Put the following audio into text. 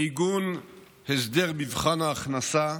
מעיגון הסדר מבחן ההכנסה,